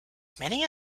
many